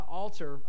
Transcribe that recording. altar